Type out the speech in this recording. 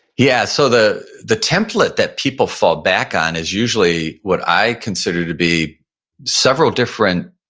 yeah, so the the template that people fall back on is usually what i consider to be several different